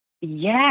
Yes